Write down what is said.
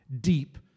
deep